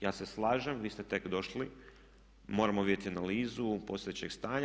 Ja se slažem, vi ste tek došli, moramo vidjeti analizu postojećeg stanja.